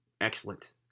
excellent